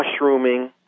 mushrooming